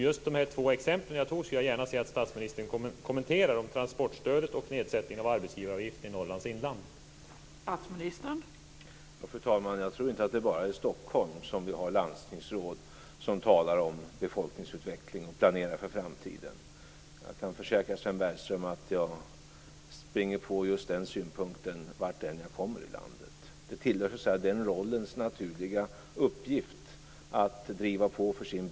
Just de två exempel jag tog upp, om transportstödet och nedsättning av arbetsgivaravgifter i Norrlands inland, skulle jag vilja att statministern kommenterar.